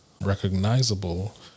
recognizable